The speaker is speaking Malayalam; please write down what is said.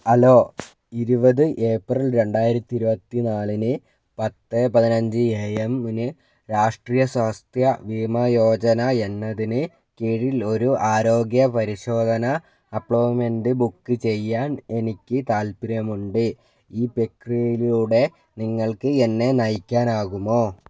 ഹലോ ഇരുപത് ഏപ്രിൽ രണ്ടായിരത്തി ഇരുപത്തി നാലിന് പത്ത് പതിനഞ്ച് എ എമ്മിന് രാഷ്ട്രീയ സ്വാസ്ഥ്യ ബീമാ യോജന എന്നതിന് കീഴിൽ ഒരു ആരോഗ്യ പരിശോധന അപ്പോയിൻമെൻ്റ് ബുക്ക് ചെയ്യാൻ എനിക്ക് താൽപ്പര്യമുണ്ട് ഈ പ്രക്രിയയിലൂടെ നിങ്ങൾക്ക് എന്നെ നയിക്കാനാകുമോ